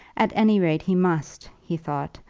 at any rate he must, he thought,